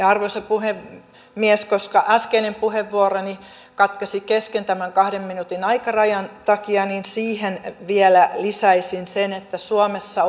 arvoisa puhemies koska äskeinen puheenvuoroni katkesi kesken kahden minuutin aikarajan takia niin siihen vielä lisäisin sen että suomessa